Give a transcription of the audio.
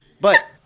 But-